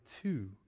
two